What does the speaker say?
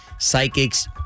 psychics